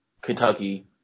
Kentucky